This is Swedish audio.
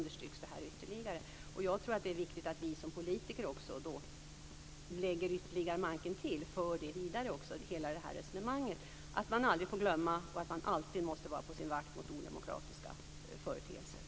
Det är viktigt att vi politiker lägger manken till att föra hela detta resonemang vidare. Man får aldrig glömma, och man skall alltid vara på sin vakt mot odemokratiska företeelser.